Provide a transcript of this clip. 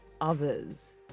others